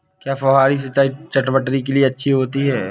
क्या फुहारी सिंचाई चटवटरी के लिए अच्छी होती है?